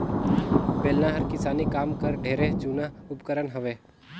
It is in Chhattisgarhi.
बेलना हर किसानी काम कर ढेरे जूना उपकरन हवे